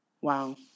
Wow